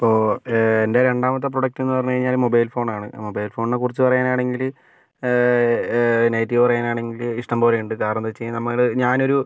ഇപ്പോൾ എൻ്റെ രണ്ടാമത്തെ പ്രൊഡക്റ്റെന്ന് പറഞ്ഞ് കഴിഞ്ഞാൽ മൊബൈൽ ഫോണാണ് മൊബൈൽ ഫോണിനെക്കുറിച്ച് പറയാനാണെങ്കിൽ നെഗറ്റീവ് പറയാനാണെങ്കിൽ ഇഷ്ടം പോലെ ഉണ്ട് കാരണമെന്ന് വെച്ച് കഴിഞ്ഞാൽ നമ്മൾ ഞാനൊരു